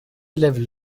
level